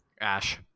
Ash